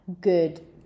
good